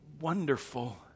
wonderful